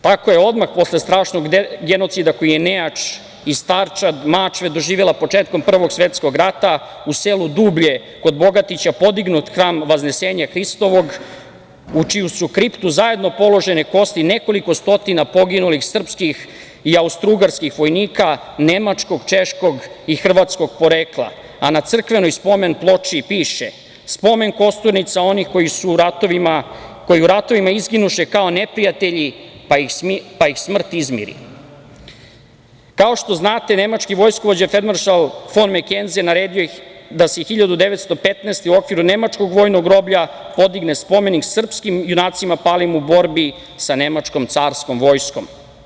Tako je odmah posle strašnog genocida koji je nejač i starčad Mačve doživela početkom Prvog svetskog rata u selu Dublje kod Bogatića podignut hram Vaznesenja Hristovog u čiju su kriptu zajedno položene kosti nekoliko stotina poginulih srpskih i austrougarskih vojnika nemačkog, češkog i hrvatskog porekla, a na crkvenoj spomen ploči piše: „Spomen kosturnica onih koji u ratovima izginuše kao neprijatelji, pa ih smrt izmiri." Kao što znate, Nemački vojskovođa feldmaršal fon Makenzen naredio je da se 1915. godine u okviru nemačkog vojnog groblja podigne spomenik srpskim junacima palim u borbi sa nemačkom carskom vojskom.